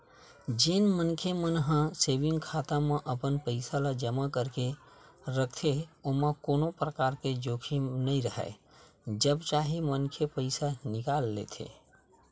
जेन मनखे मन ह सेंविग खाता म अपन पइसा ल जमा करके रखथे ओमा कोनो परकार के जोखिम नइ राहय जब चाहे मनखे पइसा निकाल लेथे